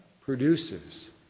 produces